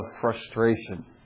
frustration